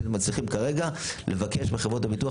שמצליחים כרגע לבקש מחברות הביטוח,